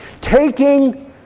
Taking